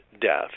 death